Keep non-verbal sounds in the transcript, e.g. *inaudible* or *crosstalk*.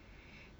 *breath*